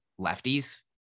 lefties